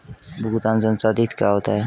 भुगतान संसाधित क्या होता है?